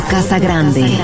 Casagrande